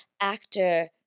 actor